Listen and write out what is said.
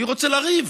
מי רוצה לריב?